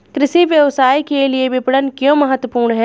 कृषि व्यवसाय के लिए विपणन क्यों महत्वपूर्ण है?